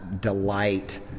delight